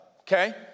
okay